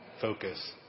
focus